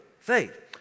Faith